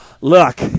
look